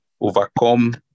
overcome